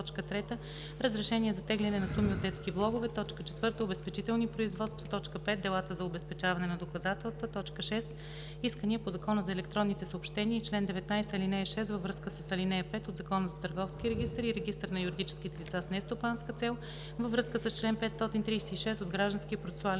Разрешения за теглене на суми от детски влогове; 4. Обезпечителните производства; 5. Делата за обезпечаване на доказателства; 6. Искания по Закона за електронните съобщения и чл. 19, ал. 6 във връзка с ал. 5 от Закона за търговския регистър и регистъра на юридическите лица с нестопанска цел във връзка с чл. 536 от Гражданския процесуален